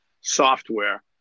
software